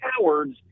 cowards